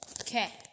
Okay